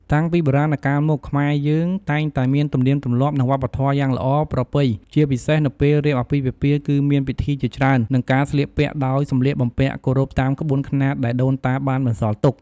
តាំងពីបុរាណកាលមកខ្មែរយើងតែងតែមានទំនៀមទម្លាប់និងវប្បធម៏យ៉ាងល្អប្រពៃជាពិសេស នៅពេលរៀបអាពាពិពាណ៍គឺមានពិធីជាច្រើន និងការស្លៀកពាក់ដោយសំលៀកបំពាក់គោរពតាមក្បួនខ្នាតដែលដូនតាបានបន្សល់ទុក។